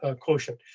ah quotient.